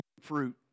fruit